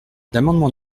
l’amendement